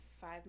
five